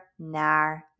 naar